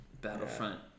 Battlefront